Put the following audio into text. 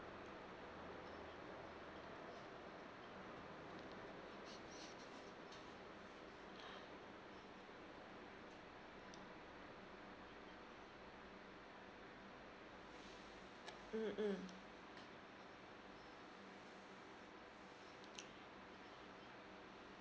mm